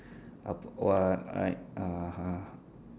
a what like (uh huh)